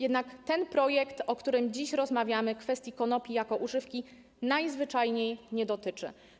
Jednak ten projekt, o którym dziś rozmawiamy, kwestii konopi jako używki najzwyczajniej nie dotyczy.